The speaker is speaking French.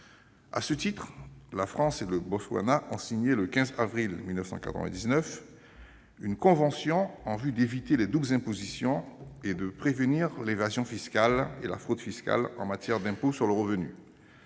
À ce titre, la France et le Botswana ont signé, le 15 avril 1999, une convention en vue d'éviter les doubles impositions et de prévenir l'évasion et la fraude fiscales en matière d'impôts sur le revenu.